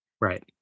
Right